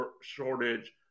shortage